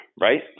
right